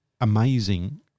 amazing